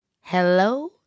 Hello